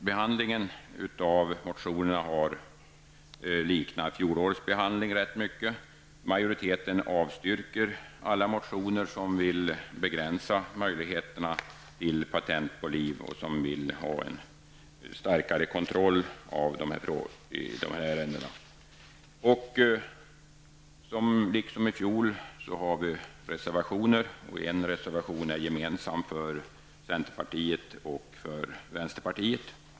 Behandlingen av motionerna har liknat fjolårets behandling. Majoriteten avstyrker alla motioner där man vill begränsa möjligheten till patent på liv och som innebär en starkare kontroll i dessa ärenden. Liksom i fjol har vi reservationer. En reservation är gemensam för centerpartiet och vänsterpartiet.